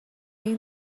این